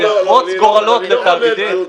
זה יחרוץ גורלות לתאגידים.